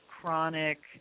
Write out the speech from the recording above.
chronic